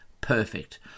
Perfect